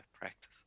practice